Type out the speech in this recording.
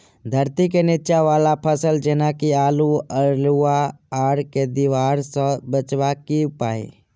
धरती केँ नीचा वला फसल जेना की आलु, अल्हुआ आर केँ दीवार सऽ बचेबाक की उपाय?